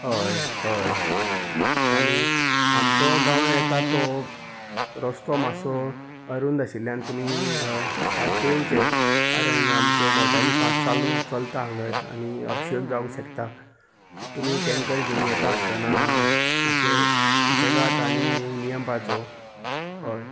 हय हय आनी आमचो गांवान येता तो रस्तो मातसो अरून आशिल्ल्यान तुमी सारकें येवचें कारण आमच्यो मोटारी फास चालू चलता हांगर आनी अपशोग जावंक शकता तुमी टेंकर घेवन येता आसतना मातशें सुसेगात आनी नियमपाचो हय